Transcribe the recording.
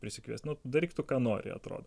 prisikviest nu daryk tu ką nori atrodo